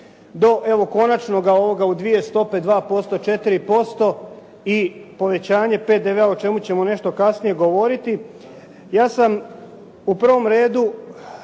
evo konačnoga ovoga u dvije stope 2%, 4% i povećanje PDV-a o čemu ćemo nešto kasnije govoriti. Ja sam u prvom redu